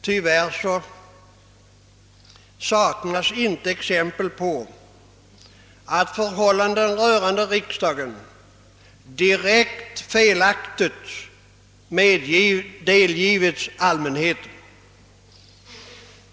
Tyvärr saknas inte exempel på att förhållanden rörande riksdagen direkt felaktigt delgivits allmänheten.